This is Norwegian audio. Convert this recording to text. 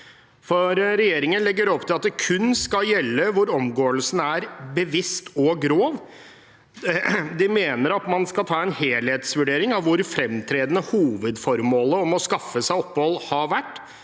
Regjeringen legger opp til at det kun skal gjelde der omgåelsen er bevisst og grov. De mener at man skal ta en helhetsvurdering av hvor fremtredende hovedformålet med å skaffe seg opphold har vært.